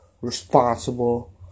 responsible